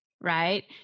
Right